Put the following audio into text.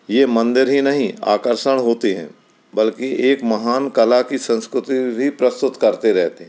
ये मंदिर ही नहीं आकर्षण होते हैं बल्कि एक महान कला की संस्कृति भी प्रस्तुत करते रहते हैं